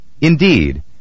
Indeed